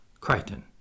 Crichton